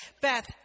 Beth